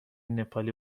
نپالی